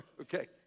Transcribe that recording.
Okay